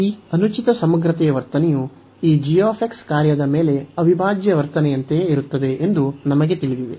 ಈ ಅನುಚಿತ ಸಮಗ್ರತೆಯ ವರ್ತನೆಯು ಈ g ಕಾರ್ಯದ ಮೇಲೆ ಅವಿಭಾಜ್ಯ ವರ್ತನೆಯಂತೆಯೇ ಇರುತ್ತದೆ ಎಂದು ನಮಗೆ ತಿಳಿದಿದೆ